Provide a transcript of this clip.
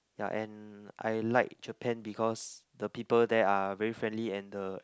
ya and I like Japan because the people there are very friendly and the